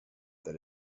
that